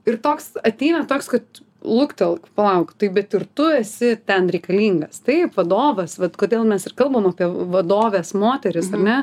ir toks ateina toks kad luktelk palauk tai bet ir tu esi ten reikalingas taip vadovas vat kodėl mes ir kalbam apie vadoves moteris ar ne